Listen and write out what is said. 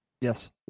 Yes